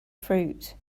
fruit